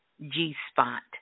G-Spot